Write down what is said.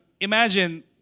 imagine